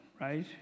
right